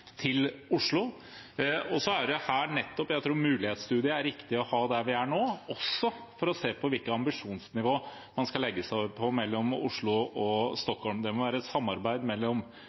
til Oslo. Jeg tror nettopp en mulighetsstudie er riktig å ha der vi er nå, også for å se på hvilket ambisjonsnivå man skal legge seg på mellom Oslo og Stockholm. Det må være et samarbeid mellom